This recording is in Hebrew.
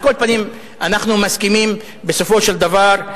על כל פנים, אנחנו מסכימים, בסופו של דבר.